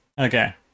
Okay